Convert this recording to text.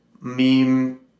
meme